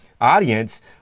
audience